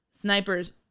snipers